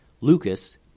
Lucas